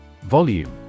Volume